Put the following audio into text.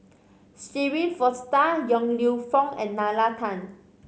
Shirin Fozdar Yong Lew Foong and Nalla Tan